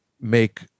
make